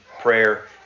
Prayer